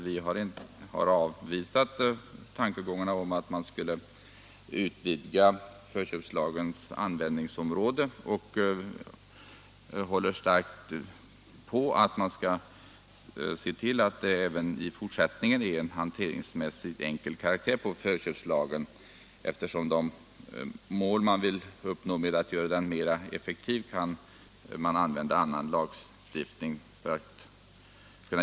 Vi har avvisat tankegångarna om att förköpslagens användningsområde skulle utvidgas och håller starkt på att man bör se till att förköpslagen även i fortsättningen har en hanteringsmässigt enkel karaktär. De mål man vill uppnå genom att göra lagen mer effektiv kan uppnås genom annan lagstiftning.